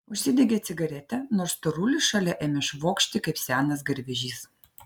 užsidegė cigaretę nors storulis šalia ėmė švokšti kaip senas garvežys